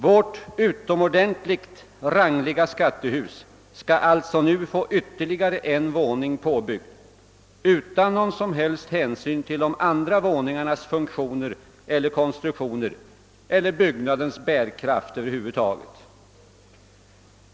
Vårt utomordentligt rangliga skattehus skall alltså nu få ytterligare en våning påbyggd utan att någon hänsyn tas till de andra våningarnas funktioner och konstruktion eller till byggnadens bärkraft över huvud taget.